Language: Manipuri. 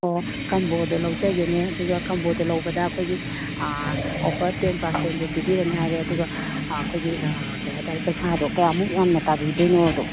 ꯑꯣ ꯀꯝꯕꯣꯗꯣ ꯂꯧꯖꯒꯦꯅꯦ ꯑꯗꯨꯒ ꯀꯝꯕꯣꯗꯣ ꯂꯧꯕꯗ ꯑꯩꯈꯣꯏꯒꯤ ꯑꯣꯐꯔ ꯇꯦꯟ ꯄꯥꯔꯁꯦꯟꯁꯨ ꯄꯤꯕꯤꯔꯅꯤ ꯍꯥꯏꯔꯦ ꯑꯗꯨꯒ ꯑꯩꯈꯣꯏꯒꯤ ꯀꯩ ꯍꯥꯏ ꯇꯥꯔꯦ ꯄꯩꯁꯥꯗꯣ ꯀꯌꯥꯃꯨꯛ ꯌꯥꯝꯅ ꯇꯥꯕꯤꯗꯣꯏꯅꯣꯗꯣ